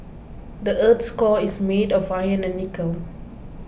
the earth's core is made of iron and nickel